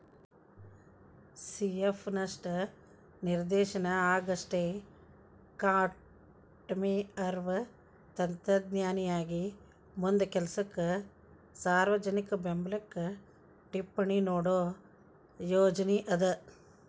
C F ಸ್ಪಷ್ಟ ನಿದರ್ಶನ ಆಗಸ್ಟೆಕಾಮ್ಟೆಅವ್ರ್ ತತ್ವಜ್ಞಾನಿಯಾಗಿ ಮುಂದ ಕೆಲಸಕ್ಕ ಸಾರ್ವಜನಿಕ ಬೆಂಬ್ಲಕ್ಕ ಟಿಪ್ಪಣಿ ನೇಡೋ ಯೋಜನಿ ಅದ